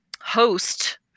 host